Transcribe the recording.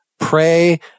pray